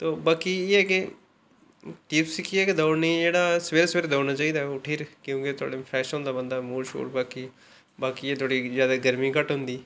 तो बाकी इ'यै की टिप्स केह् ऐ की दौड़ने गी जेह्ड़ा सवेरे सवेरे दौड़ना चाहिदा उट्ठियै क्योंकि तौला फ्रेश होंदा बंदा क्योंकि मूड बाकी एह् के थोह्ड़ी गर्मी घट्ट होंदी